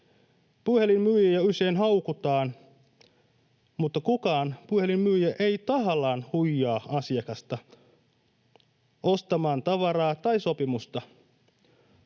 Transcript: Puhelinmyyjiä usein haukutaan, mutta kukaan puhelinmyyjä ei tahallaan huijaa asiakasta ostamaan tavaraa tai sopimusta.